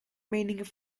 meningen